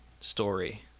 story